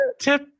tip